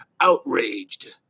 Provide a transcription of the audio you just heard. outraged